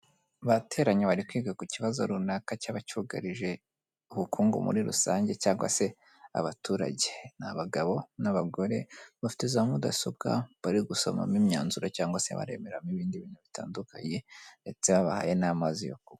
Bateranye bari kwiga ku kibazo runaka cyaba cyugarije ubukungu muri rusange cyangwa se abaturage, ni abagabo n'abagore bafite za mudasobwa bari gusomamo imyanzuro cyangwa se bareberamo ibindi bintu bitandukanye, ndetse babahaye n'amazi yo kunywa.